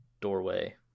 doorway